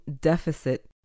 deficit